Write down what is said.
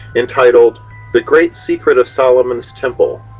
entitled the great secret of solomon's temple.